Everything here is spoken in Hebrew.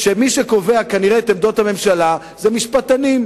שמי שקובע כנראה את עמדות הממשלה זה משפטנים,